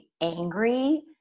angry